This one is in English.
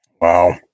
wow